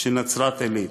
של נצרת-עילית.